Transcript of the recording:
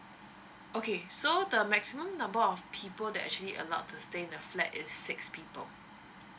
okay so the maximum number of people that actually allowed to stay in a flat is six people